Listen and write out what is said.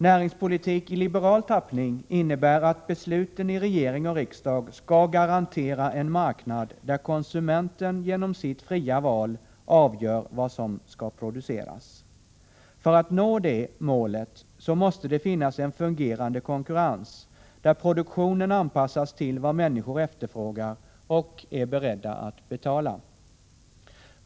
Näringspolitik i liberal tappning innebär att besluten i regering och riksdag skall garantera en marknad där konsumenten genom sitt fria val avgör vad som produceras. För att det målet skall kunna nås måste det finnas en fungerande konkurrens, där produktionen anpassas till vad människor efterfrågar och är beredda att betala.